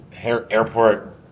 airport